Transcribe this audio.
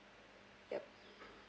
yup